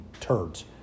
turds